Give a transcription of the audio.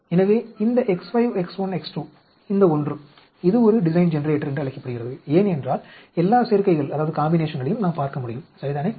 எனவே இந்த X5 X1 X2 இந்த ஒன்று இது ஒரு டிசைன் ஜெனரேட்டர் என்று அழைக்கப்படுகிறது ஏனென்றால் எல்லா சேர்க்கைகளையும் நாம் பார்க்க முடியும் சரிதானே